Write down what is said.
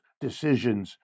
decisions